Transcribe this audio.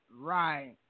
Right